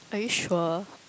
are you sure